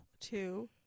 Two